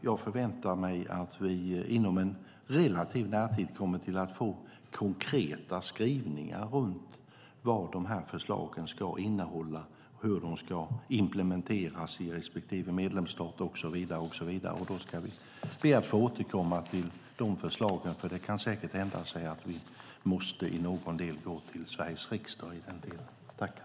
Jag förväntar mig att vi inom en relativ närtid kommer att få konkreta skrivningar om vad de här förslagen ska innehålla, hur de ska implementeras i respektive medlemsstat och så vidare. Då ska vi be att få återkomma till de förslagen, för det kan säkert hända att vi måste gå till Sveriges riksdag med någon del av detta.